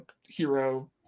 hero